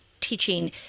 teaching